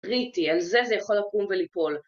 קריטי, על זה זה יכול לקום ולפעול